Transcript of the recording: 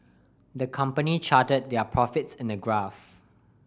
the company charted their profits in a graph